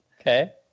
Okay